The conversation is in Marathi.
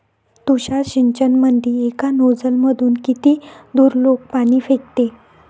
तुषार सिंचनमंदी एका नोजल मधून किती दुरलोक पाणी फेकते?